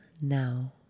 now